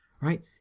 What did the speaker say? right